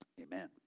Amen